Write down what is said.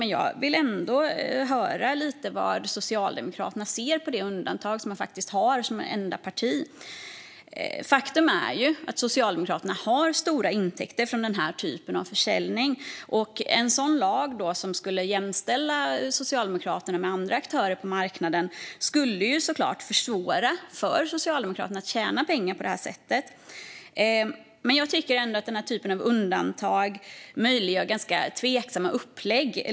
Men jag vill ändå höra lite hur Socialdemokraterna ser på det undantag som det har som enda parti. Faktum är att Socialdemokraterna har stora intäkter från den här typen av försäljning. En lag som skulle jämställa Socialdemokraterna med andra aktörer på marknaden skulle så klart försvåra för Socialdemokraterna att tjäna pengar på det här sättet. Den här typen av undantag möjliggör ganska tveksamma upplägg.